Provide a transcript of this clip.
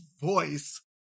voice